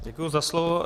Děkuji za slovo.